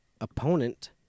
opponent—